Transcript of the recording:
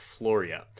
Floria